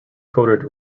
coded